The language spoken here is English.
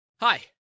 Hi